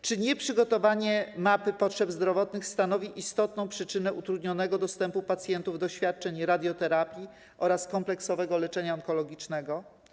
Czy nieprzygotowanie map potrzeb zdrowotnych stanowi istotną przyczynę utrudnionego dostępu pacjentów do radioterapii oraz kompleksowego leczenia onkologicznego?